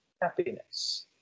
happiness